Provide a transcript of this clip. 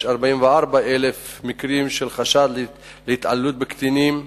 יש 44,000 מקרים של חשד להתעללות בקטינים,